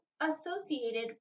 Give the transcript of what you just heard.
associated